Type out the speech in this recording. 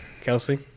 Kelsey